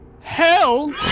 Hell